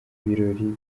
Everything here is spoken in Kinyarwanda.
birori